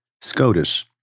SCOTUS